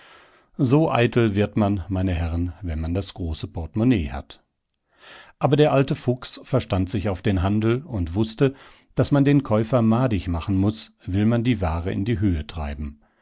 so eitel wird man meine herren wenn man das große portemonnaie hat aber der alte fuchs verstand sich auf den handel und wußte daß man den käufer madig machen muß will man die ware in die höhe treiben